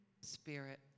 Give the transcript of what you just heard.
spirit